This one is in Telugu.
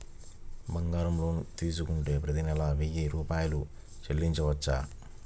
బంగారం లోన్ తీసుకుంటే ప్రతి నెల వెయ్యి రూపాయలు చెల్లించవచ్చా?